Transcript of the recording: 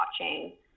watching